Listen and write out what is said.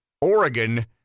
Oregon